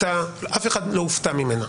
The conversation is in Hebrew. אף אחד לא הופתע ממנה.